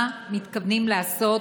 מה מתכוונים לעשות?